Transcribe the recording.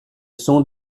sont